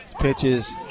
Pitches